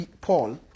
Paul